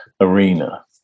arena